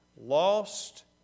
lost